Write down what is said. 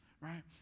right